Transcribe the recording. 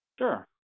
Sure